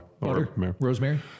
Rosemary